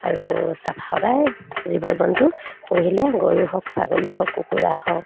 আৰু চাফ সদায় জীৱ জন্তু পুহিলে গৰু হওক ছাগলী হওক কুকুৰা হওক